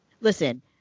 Listen